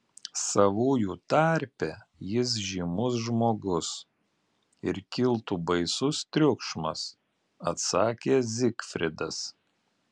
savųjų tarpe jis žymus žmogus ir kiltų baisus triukšmas atsakė zigfridas